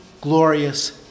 glorious